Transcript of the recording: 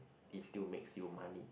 is still makes you money